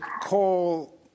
call